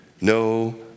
no